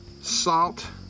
salt